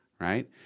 right